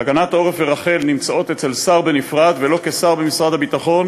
כשהגנת העורף ורח"ל נמצאות אצל שר בנפרד ולא כשר במשרד הביטחון,